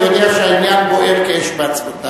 צריך להחזיר את זה לאחריות של הכנסת,